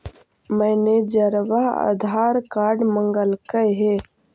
मैनेजरवा आधार कार्ड मगलके हे?